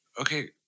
Okay